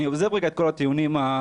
אני עוזב רגע את כל הטיעונים הסוציולוגיים,